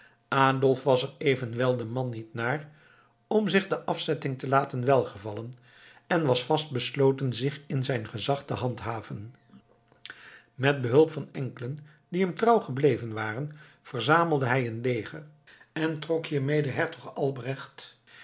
adolf was er evenwel de man niet naar om zich die afzetting te laten welgevallen en was vast besloten zich in zijn gezag te handhaven met behulp van enkelen die hem trouw gebleven waren verzamelde hij een leger en trok hiermede hertog albrecht